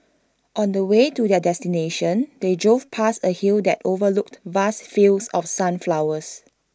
on the way to their destination they drove past A hill that overlooked vast fields of sunflowers